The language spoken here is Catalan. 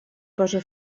posa